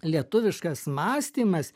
lietuviškas mąstymas